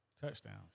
touchdowns